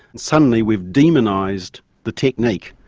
suddenly we've demonised the technique.